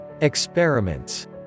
experiments